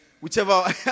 whichever